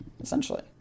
essentially